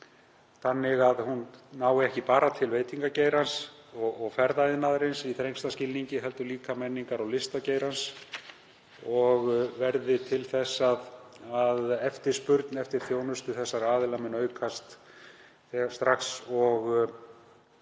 þannig að hún nái ekki bara til veitingageirans og ferðaþjónustunnar í þrengsta skilningi heldur líka til menningar- og listageirans og verði til þess að eftirspurn eftir þjónustu þessara aðila aukist strax og